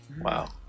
Wow